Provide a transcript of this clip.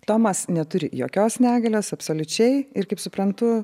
tomas neturi jokios negalios absoliučiai ir kaip suprantu